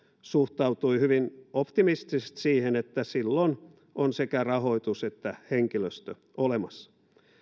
suhtautui hyvin optimistisesti siihen että silloin on sekä rahoitus että henkilöstö olemassa